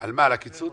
--- על מה, על הקיצוץ?